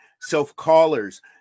self-callers